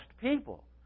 people